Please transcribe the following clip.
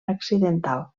accidental